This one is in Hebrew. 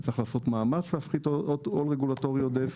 צריך לעשות מאמץ להפחית עול רגולטורי עודף,